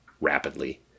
rapidly